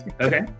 Okay